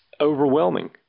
overwhelming